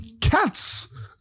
cats